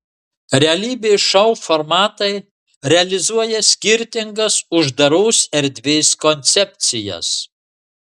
realybės šou formatai realizuoja skirtingas uždaros erdvės koncepcijas